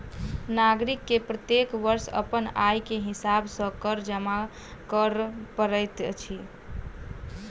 नागरिक के प्रत्येक वर्ष अपन आय के हिसाब सॅ कर जमा कर पड़ैत अछि